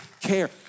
care